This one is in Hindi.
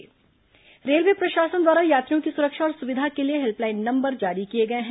रेलवे यात्री सहायता रेलवे प्रशासन द्वारा यात्रियों की सुरक्षा और सुविधा के लिए हेल्पलाइन नंबर जारी किए गए हैं